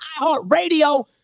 iHeartRadio